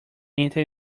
anti